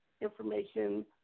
information